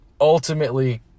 ultimately